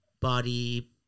body